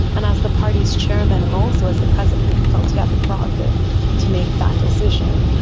and as the party's chairman and also as the president he felt he had the prerogative to make that decision.